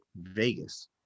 Vegas